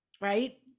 right